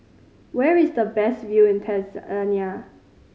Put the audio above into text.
where is the best view in Tanzania